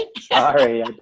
Sorry